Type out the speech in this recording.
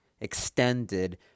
extended